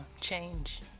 change